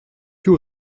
plus